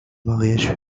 mariage